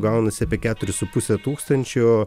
gaunasi apie keturis su puse tūkstančio